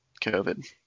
COVID